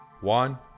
one